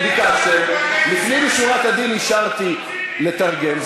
ביקשתם, ולפנים משורת הדין אישרתי לתרגם.